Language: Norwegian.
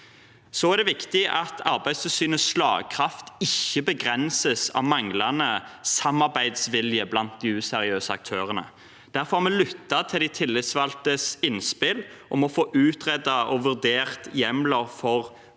Så er det viktig at Arbeidstilsynets slagkraft ikke begrenses av manglende samarbeidsvilje blant de useriøse aktørene. Derfor har vi lyttet til de tillitsvalgtes innspill om å få utredet og vurdert hjemler for